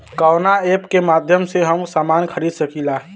कवना ऐपके माध्यम से हम समान खरीद सकीला?